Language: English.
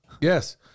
Yes